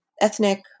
ethnic